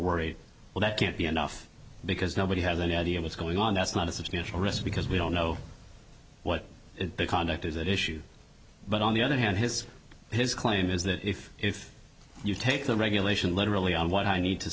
worried well that can't be enough because nobody has any idea what's going on that's not a substantial risk because we don't know what their conduct is at issue but on the other hand his his claim is that if if you take the regulation literally on what i need to